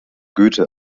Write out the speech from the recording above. goethe